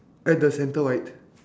at the center right